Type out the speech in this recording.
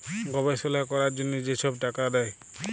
গবেষলা ক্যরার জ্যনহে যে ছব টাকা দেয়